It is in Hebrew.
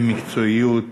במקצועיות,